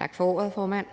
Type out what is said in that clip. Tak for ordet, formand.